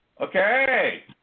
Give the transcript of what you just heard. Okay